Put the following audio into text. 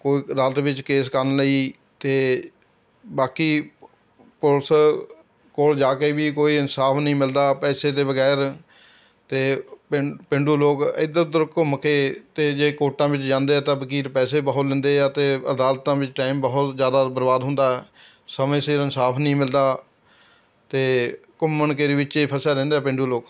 ਕੋਈ ਅਦਾਲਤ ਵਿੱਚ ਕੇਸ ਕਰਨ ਲਈ ਅਤੇ ਬਾਕੀ ਪੁਲਿਸ ਕੋਲ ਜਾ ਕੇ ਵੀ ਕੋਈ ਇਨਸਾਫ਼ ਨਹੀਂ ਮਿਲਦਾ ਪੈਸੇ ਦੇ ਬਗੈਰ ਅਤੇ ਪੈ ਪੇਂਡੂ ਲੋਕ ਇੱਧਰ ਉੱਧਰ ਘੁੰਮ ਕੇ ਅਤੇ ਜੇ ਕੋਰਟਾਂ ਵਿੱਚ ਜਾਂਦੇ ਆ ਤਾਂ ਵਕੀਲ ਪੈਸੇ ਬਹੁਤ ਲੈਂਦੇ ਆ ਅਤੇ ਅਦਾਲਤਾਂ ਵਿੱਚ ਟੈਮ ਬਹੁਤ ਜ਼ਿਆਦਾ ਬਰਬਾਦ ਹੁੰਦਾ ਹੈ ਸਮੇਂ ਸਿਰ ਇਨਸਾਫ਼ ਨਹੀਂ ਮਿਲਦਾ ਅਤੇ ਘੁੰਮਣ ਘੇਰੀ ਵਿੱਚ ਏ ਫ਼ਸੇ ਰਹਿੰਦਾ ਹੈ ਪੇਂਡੂ ਲੋਕ